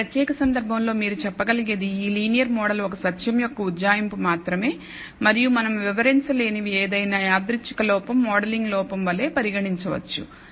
ఈ ప్రత్యేక సందర్భంలో మీరు చెప్పగలిగేది ఈ లీనియర్ మోడల్ ఒక సత్యం యొక్క ఉజ్జాయింపు మాత్రమే మరియు మనం వివరించలేని ఏదైనా యాదృచ్ఛిక లోపం మోడలింగ్ లోపం వలె పరిగణించవచ్చు